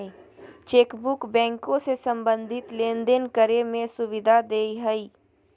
chequebook बैंको से संबंधित लेनदेन करे में सुविधा देय हइ